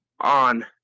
on